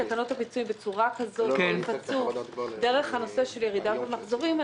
תקנות הפיצויים בצורה כזאת שיפצו דרך ירידה במחזורים.